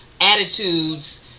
attitudes